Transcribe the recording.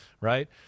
right